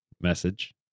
message